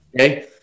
Okay